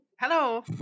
Hello